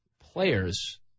players